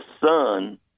son